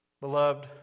Beloved